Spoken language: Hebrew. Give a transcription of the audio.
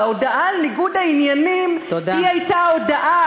וההודעה על ניגוד העניינים היא הייתה ההודעה